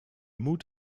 moet